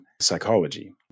psychology